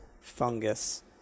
fungus